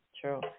True